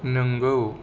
नोंगौ